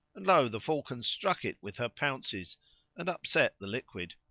and lo! the falcon struck it with her pounces and upset the liquid.